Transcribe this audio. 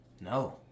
No